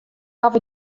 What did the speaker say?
haw